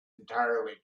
entirely